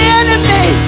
enemy